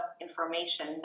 information